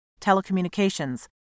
telecommunications